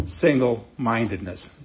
single-mindedness